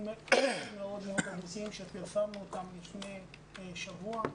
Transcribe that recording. מאוד ברורים שפרסמנו אותם לפני שבוע,